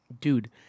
dude